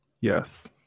Yes